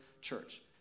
church